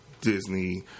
disney